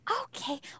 Okay